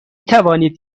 توانید